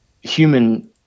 human